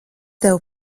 tev